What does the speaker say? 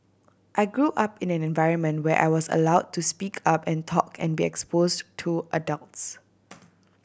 I grew up in an environment where I was allowed to speak up and talk and be exposed to adults